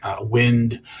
wind